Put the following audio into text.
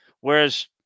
Whereas